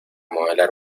modelar